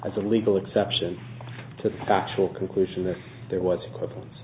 as a legal exception to the factual conclusion that there was equivalen